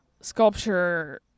sculpture